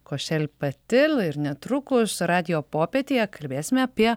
košel patil ir netrukus radijo popietėje kalbėsime apie